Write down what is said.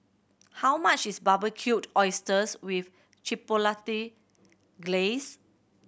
how much is Barbecued Oysters with Chipotle Glaze